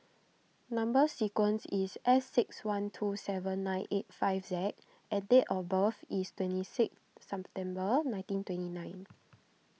Number Sequence is S six one two seven nine eight five Z and date of birth is twenty six September nineteen twenty nine